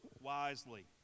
wisely